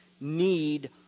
need